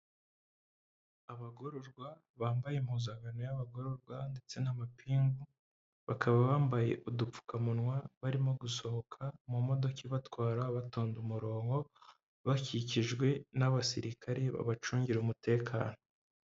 Abagororwa bambaye impuzankano y'abagororwa ndetse n'amapingu, bakaba bambaye udupfukamunwa barimo gusohoka mu modoka ibatwara batonda umurongo, bakikijwe n'abasirikare babacungira umutekano.